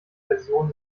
version